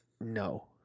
no